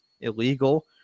illegal